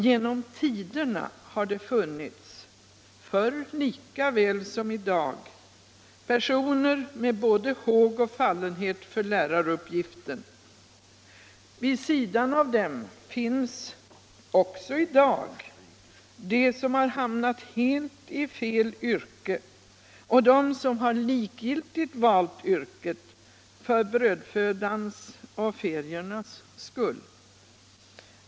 Genom tiderna har det funnits — förr lika väl som i dag — personer med både håg och fallenhet för läraruppgiften. Vid sidan av dem finns också i dag de som har hamnat helt i fel yrke och de som har likgiltigt valt yrket för brödfödans och feriernas skull.